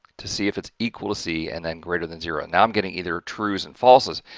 to see if it's equal to c and then greater than zero, and now i'm getting either trues and falses,